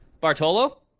Bartolo